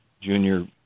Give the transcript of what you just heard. junior